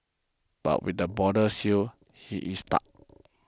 but with the borders sealed he is stuck